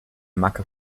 macke